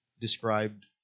described